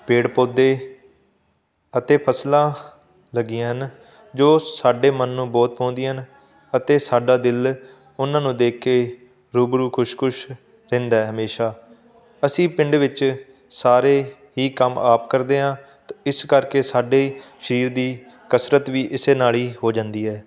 ਪੇੜ ਪੌਦੇ ਅਤੇ ਫਸਲਾਂ ਲੱਗੀਆਂ ਹਨ ਜੋ ਸਾਡੇ ਮਨ ਨੂੰ ਬਹੁਤ ਭਾਉਂਦੀਆਂ ਹਨ ਅਤੇ ਸਾਡਾ ਦਿਲ ਉਹਨਾਂ ਨੂੰ ਦੇਖ ਕੇ ਰੂਬਰੂ ਖੁਸ਼ ਖੁਸ਼ ਰਹਿੰਦਾ ਹਮੇਸ਼ਾ ਅਸੀਂ ਪਿੰਡ ਵਿੱਚ ਸਾਰੇ ਹੀ ਕੰਮ ਆਪ ਕਰਦੇ ਹਾਂ ਅਤੇ ਇਸ ਕਰਕੇ ਸਾਡੇ ਸਰੀਰ ਦੀ ਕਸਰਤ ਵੀ ਇਸ ਨਾਲ ਹੀ ਹੋ ਜਾਂਦੀ ਹੈ